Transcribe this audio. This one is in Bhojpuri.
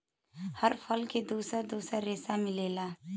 हर फल में दुसर दुसर रेसा मिलेला